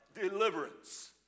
Deliverance